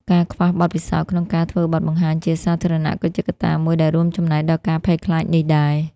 ការខ្វះបទពិសោធន៍ក្នុងការធ្វើបទបង្ហាញជាសាធារណៈក៏ជាកត្តាមួយដែលរួមចំណែកដល់ការភ័យខ្លាចនេះដែរ។